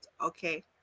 okay